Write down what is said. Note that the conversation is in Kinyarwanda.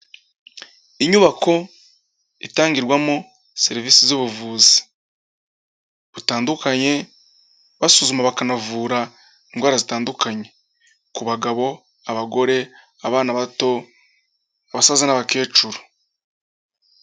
Inyubako itangirwamo serivisi z'ubuvuzi butandukanye, basuzuma bakanavura indwara zitandukanye. Ku bagabo, abagore, abana bato, abasaza n'abakecuru.